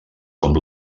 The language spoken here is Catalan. com